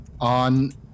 on